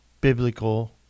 biblical